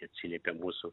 atsiliepia mūsų